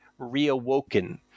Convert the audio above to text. reawoken